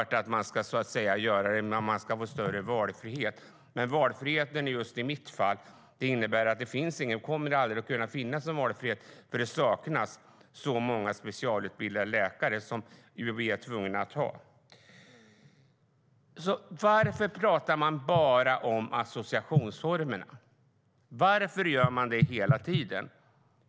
Jo, jag har hört om detta i samband med att man ska få större valfrihet. Men valfriheten i just mitt fall innebär att det aldrig kommer att kunna finnas någon valfrihet, eftersom det saknas så många specialutbildade läkare som vi skulle vara tvungna att ha. Varför pratar man hela tiden bara om associationsformerna?